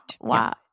Wow